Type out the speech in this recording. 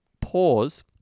Pause